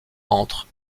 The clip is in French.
entre